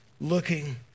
looking